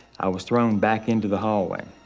i was thrown back into the hallway.